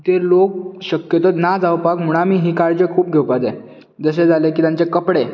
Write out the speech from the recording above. ते रोग शक्यतो ना जावपाक म्हूण आमी ही काळजी खूब घेवपाक जाय जशें जाले की तांचे कपडे